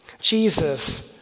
Jesus